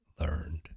learned